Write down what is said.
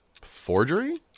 Forgery